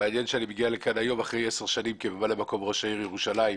מעניין שאני מגיע לכאן היום אחרי 10 שנים כממלא מקום ראש העיר ירושלים.